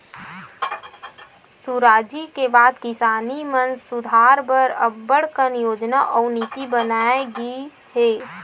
सुराजी के बाद किसानी म सुधार बर अब्बड़ कन योजना अउ नीति बनाए गिस हे